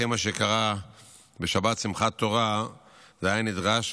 אחרי מה שקרה בשבת שמחת תורה זה היה נדרש,